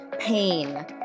pain